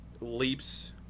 leaps